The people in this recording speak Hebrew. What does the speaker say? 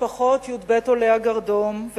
משפחות י"ב עולי הגרדום,